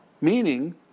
Meaning